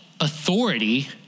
authority